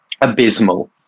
abysmal